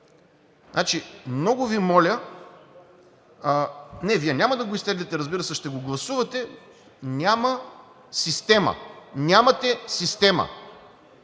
Много Ви моля – не, Вие няма да го изтеглите, разбира се, ще го гласувате – нямате система.